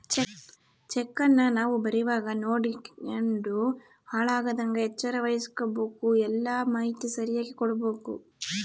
ಚೆಕ್ಕನ್ನ ನಾವು ಬರೀವಾಗ ನೋಡ್ಯಂಡು ಹಾಳಾಗದಂಗ ಎಚ್ಚರ ವಹಿಸ್ಭಕು, ಎಲ್ಲಾ ಮಾಹಿತಿ ಸರಿಯಾಗಿ ಕೊಡ್ಬಕು